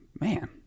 Man